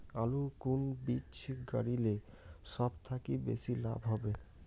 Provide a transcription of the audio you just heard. আলুর কুন বীজ গারিলে সব থাকি বেশি লাভ হবে?